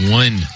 one